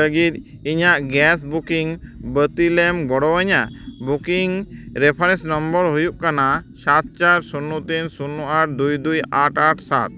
ᱞᱟᱹᱜᱤᱫ ᱤᱧᱟᱹᱜ gas booking ᱵᱟᱹᱛᱤᱞᱮᱢ ᱜᱚᱲᱚ ᱤᱧᱟᱹ ᱵᱩᱠᱤᱝ ᱨᱮᱯᱷᱟᱨᱮᱱᱥ ᱱᱚᱢᱵᱚᱨ ᱦᱩᱭᱩᱜ ᱠᱟᱱᱟ ᱥᱟᱛ ᱪᱟᱨ ᱥᱩᱱᱱᱚ ᱛᱤᱱ ᱥᱩᱱᱱᱚ ᱟᱴ ᱫᱩᱭ ᱫᱩᱭ ᱟᱴ ᱟᱴ ᱥᱟᱛ